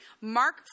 Mark